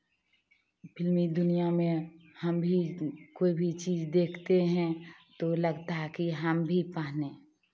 फिल्मी दुनियाँ में हम भी कोई भी चीज़ देखते हैं तो लगता है कि हम भी पहने